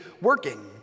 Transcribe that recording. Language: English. working